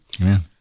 Amen